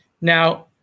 Now